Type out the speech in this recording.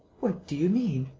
what do you mean?